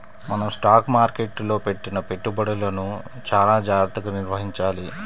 మనం స్టాక్ మార్కెట్టులో పెట్టిన పెట్టుబడులను చానా జాగర్తగా నిర్వహించాలి